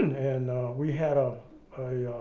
and we had a